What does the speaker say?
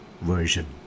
version